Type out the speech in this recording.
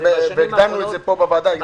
ודנו בזה פה בוועדה.